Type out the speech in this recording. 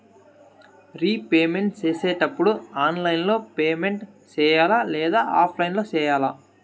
repayment సేసేటప్పుడు online లో payment సేయాలా లేదా ఆఫ్లైన్ లో సేయాలా